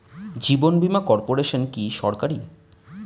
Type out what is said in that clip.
জীবন বীমা কর্পোরেশন কি সরকারি?